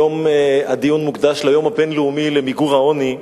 היום הדיון מוקדש ליום הבין-לאומי למיגור העוני.